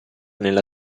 nella